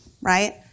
right